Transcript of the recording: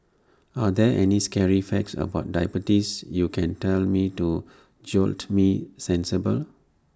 are there any scary facts about diabetes you can tell me to jolt me sensible